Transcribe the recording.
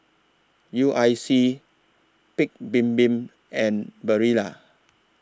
U I C Paik's Bibim and Barilla